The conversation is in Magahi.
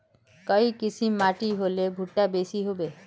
काई किसम माटी होले भुट्टा बेसी होबे?